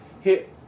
hit